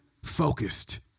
Focused